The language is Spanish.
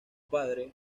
padre